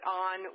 on